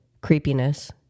creepiness